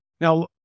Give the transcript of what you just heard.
Now